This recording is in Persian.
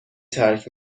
ترک